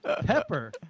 Pepper